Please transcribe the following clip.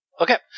Okay